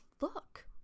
look